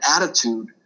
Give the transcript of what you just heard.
attitude